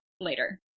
later